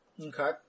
Okay